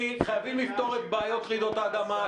חייבים לפתור רעידות אדמה,